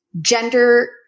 gender